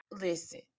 listen